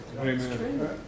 Amen